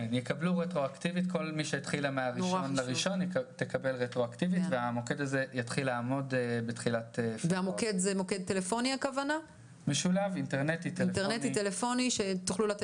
הוא גם צריך להכין טפסים מקוונים באתר האינטרנט שהנשים תוכלנה להגיד